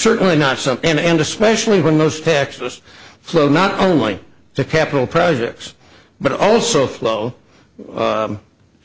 certainly not something and especially when those taxes flow not only to capital projects but also flow